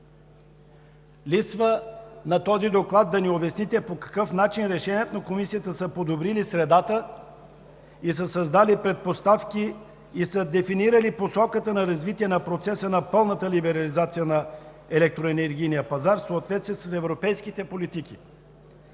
комисия. В този доклад липсва обяснение по какъв начин решенията на Комисията са подобрили средата, създали са предпоставки и са дефинирали посоката на развитие на процеса на пълната либерализация на електроенергийния пазар в съответствие с европейските политики